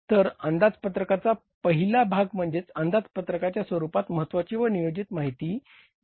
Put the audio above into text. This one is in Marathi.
तर अंदाजपत्रकाचा पहिला भाग म्हणजे अंदाजपत्रकाच्या स्वरूपात महत्वाची व नियोजित माहिती तयार करणे आहे